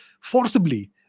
forcibly